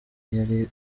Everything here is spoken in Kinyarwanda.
yari